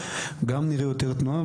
גם נראה יותר תנועה.